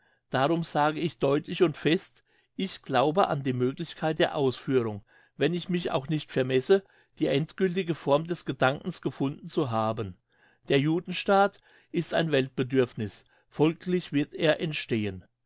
darum sage ich deutlich und fest ich glaube an die möglichkeit der ausführung wenn ich mich auch nicht vermesse die endgiltige form des gedankens gefunden zu haben der judenstaat ist ein weltbedürfniss folglich wird er entstehen